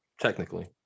technically